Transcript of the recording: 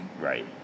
right